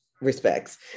respects